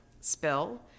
spill